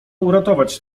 uratować